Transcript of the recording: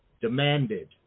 demanded